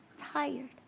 tired